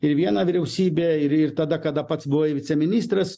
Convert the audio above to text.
ir vieną vyriausybę ir ir tada kada pats buvai viceministras